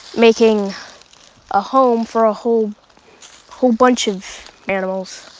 making a home for a whole whole bunch of animals.